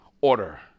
order